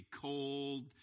cold